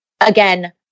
Again